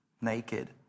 naked